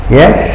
yes